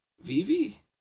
Vivi